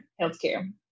healthcare